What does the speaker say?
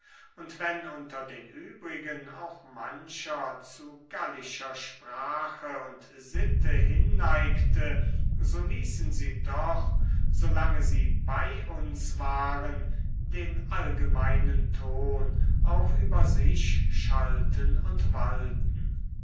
und wenn unter den übrigen auch mancher zu gallischer sprache und sitte hinneigte so ließen sie doch solange sie bei uns waren den allgemeinen ton auch über sich schalten und walten